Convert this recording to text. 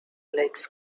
legs